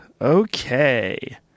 okay